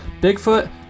bigfoot